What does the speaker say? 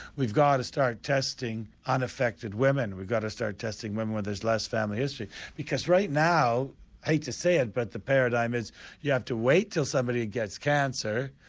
we've got to start testing unaffected women, we've got to start testing women where there's less family history because right now, i hate to say it, but the paradigm is you have to wait till somebody gets cancer,